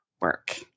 work